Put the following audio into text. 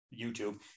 YouTube